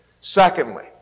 Secondly